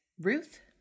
Ruth